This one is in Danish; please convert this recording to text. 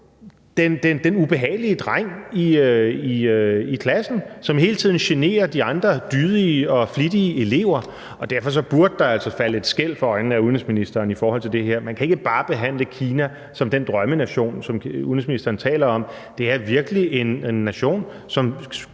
den ubehagelige dreng i klassen, som hele tiden generer de andre dydige og flittige elever, og derfor burde der altså falde skæl fra øjnene af udenrigsministeren i forhold til det her. Man kan ikke bare behandle Kina som den drømmenation, som udenrigsministeren taler om. Det er virkelig en nation, som